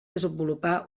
desenvolupar